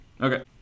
okay